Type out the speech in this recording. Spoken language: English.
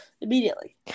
Immediately